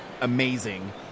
amazing